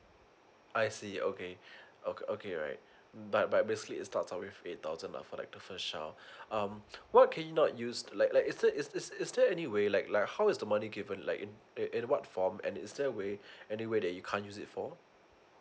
I see okay okay okay right but but basically it starts off with eight thousand lah for like the first child um what can he not used like like is a is is is there any way like like how is the money given like in in what form and is there a way anyway that you can't use it for